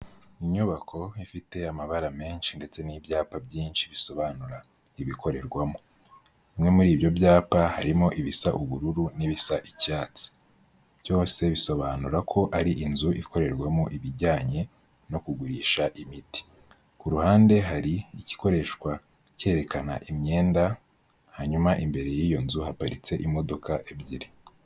Inyubako ifite amabara menshi ndetse n'ibyapa byinshi bisobanura ibikorerwamo, bimwe muri ibyo byapa harimo ibisa ubururu n'ibisa icyatsi, byose bisobanura ko ari inzu ikorerwamo ibijyanye no kugurisha imiti, ku ruhande hari igikoreshwa cyerekana imyenda, hanyuma imbere y'iyo nzu haparitse imodoka ebyiri.